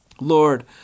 Lord